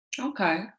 Okay